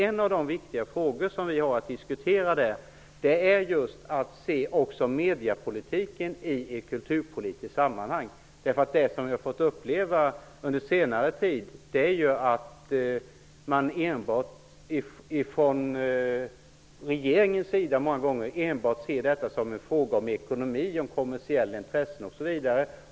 En av de viktiga frågor vi har att diskutera är just hur man skall kunna se mediepolitiken i ett kulturpolitiskt sammanhang. Vi har under senare tid många gånger fått uppleva att regeringen enbart ser mediepolitiken som en fråga om ekonomi, kommersiella intressen osv.